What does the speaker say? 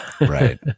Right